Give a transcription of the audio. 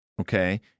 Okay